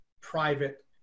private